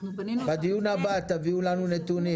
בדיון הבא תביאו לנו נתונים,